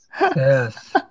Yes